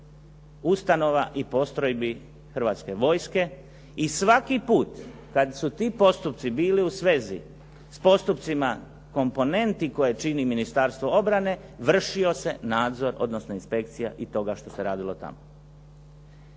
ustanova i postrojbi Hrvatske vojske i svaki put kad su ti postupci bili u svezi s postupcima komponenti koje čini Ministarstvo obrane, vršio se nadzor, odnosno inspekcija i toga što se radilo tamo.